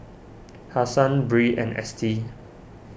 Hassan Bree and Estie